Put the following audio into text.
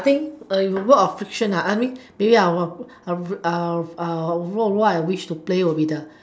think work of fiction I mean maybe I'll I'll I'll role role I wish to play would be the